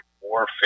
warfare